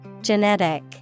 Genetic